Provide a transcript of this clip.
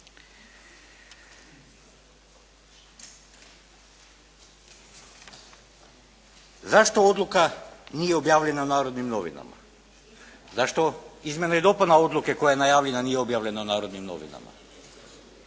Zašto odluka nije objavljena u Narodnim novinama? Zašto izmjena i dopuna odluke koja je najavljena nije objavljena u Narodnim novinama?